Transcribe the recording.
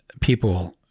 people